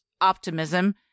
optimism